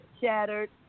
shattered